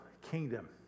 kingdom